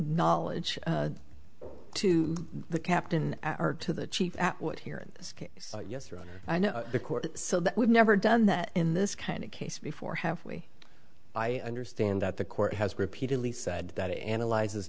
knowledge to the captain or to the chief here in this case yes i know the court so that we've never done that in this kind of case before have we i understand that the court has repeatedly said that it analyzes